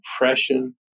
depression